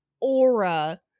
aura